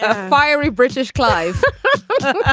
ah fiery british clive